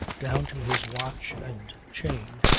down to his watch and chain,